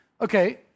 okay